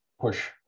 push